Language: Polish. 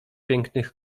pięknych